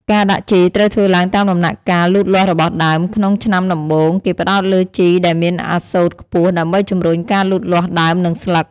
ការដាក់ជីត្រូវធ្វើឡើងតាមដំណាក់កាលលូតលាស់របស់ដើម ក្នុងឆ្នាំដំបូង គេផ្តោតលើជីដែលមានអាសូតខ្ពស់ដើម្បីជំរុញការលូតលាស់ដើម និងស្លឹក។